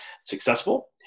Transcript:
successful